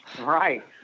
Right